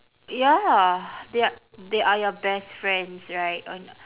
ya they are they are your best friends right or n~